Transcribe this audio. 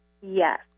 Yes